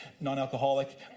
non-alcoholic